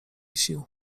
sił